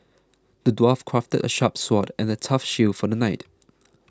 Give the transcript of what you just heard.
the dwarf crafted a sharp sword and a tough shield for the knight